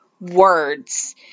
words